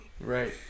right